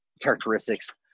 characteristics